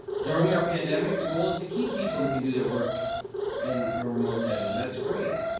during our pandemic, the goal is to keep people who can do their work in a remote setting. and that's great.